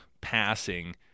passing